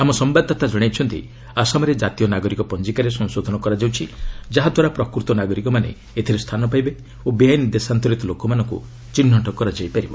ଆମ ସମ୍ଭାଦଦାତା ଜଣାଇଛନ୍ତି ଆସାମରେ ଜାତୀୟ ନାଗରିକ ପଞ୍ଜିକାରେ ସଂଶୋଧନ କରାଯାଉଛି ଯାହାଦ୍ୱାରା ପ୍ରକୃତ ନାଗରିକମାନେ ଏଥିରେ ସ୍ଥାନ ପାଇବେ ଓ ବେଆଇନ ଦେଶାନ୍ତରିତ ଲୋକମାନଙ୍କୁ ଚିହ୍ନଟ କରାଯାଇପାରିବ